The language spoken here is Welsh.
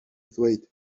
ddweud